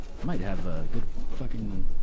i might have, ah, good fucking,